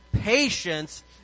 patience